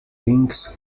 wings